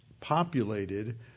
populated